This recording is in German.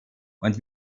und